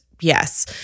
yes